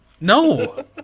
No